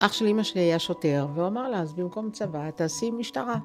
אח של אמא שלי היה שוטר, והוא אמר לה, אז במקום צבא, תעשי משטרה.